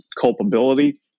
culpability